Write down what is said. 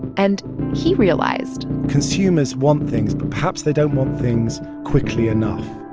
and he realized consumers want things. but, perhaps, they don't want things quickly enough.